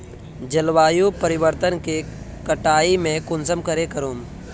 जलवायु परिवर्तन के कटाई में कुंसम करे करूम?